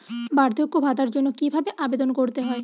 বার্ধক্য ভাতার জন্য কিভাবে আবেদন করতে হয়?